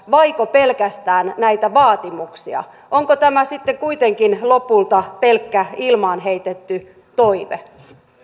vaiko pelkästään näitä vaatimuksia onko tämä sitten kuitenkin lopulta pelkkä ilmaan heitetty toive